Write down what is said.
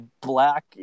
black